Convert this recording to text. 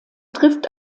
trifft